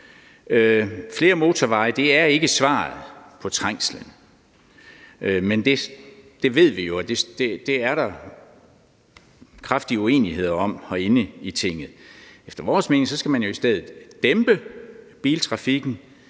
Flere motorveje er ikke svaret på trængslen, men det ved vi jo der er kraftig uenighed om herinde i Tinget. Efter vores mening skal man jo i stedet dæmpe biltrafikken,